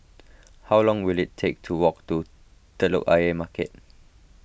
how long will it take to walk to Telok Ayer Market